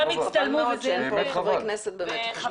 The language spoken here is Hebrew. חבל מאוד שאין פה עוד חברי כנסת שחושבים שהנושא הזה חשוב.